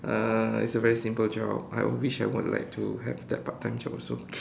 uh it's a very simple job I would wish I would like to have that part time job also